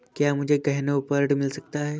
क्या मुझे गहनों पर ऋण मिल सकता है?